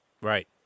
Right